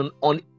on